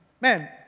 Man